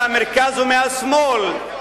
מהמרכז ומהשמאל,